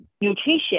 nutrition